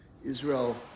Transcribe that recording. Israel